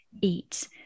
eat